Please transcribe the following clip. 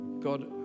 God